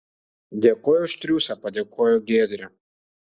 dėkoju už triūsą padėkojo giedrė